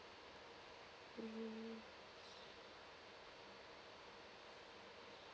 mm